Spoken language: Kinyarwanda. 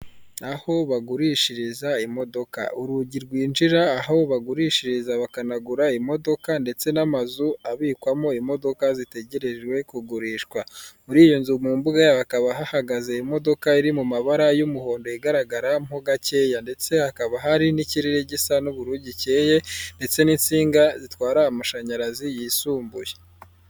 Urubuga rwo kuri murandasi rutangirwaho amakuru y'akazi ya leta, birerekana uburyo wakinjira ukoresheje imayili yawe ndetse na nimero ya telefone yawe ndetse ukaza no gukoresha ijambo banga.